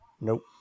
Nope